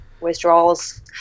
withdrawals